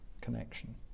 connection